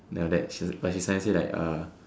then after that then like she finds it that uh